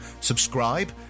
subscribe